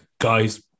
guys